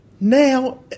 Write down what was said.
Now